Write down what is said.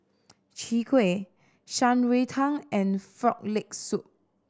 Chwee Kueh Shan Rui Tang and Frog Leg Soup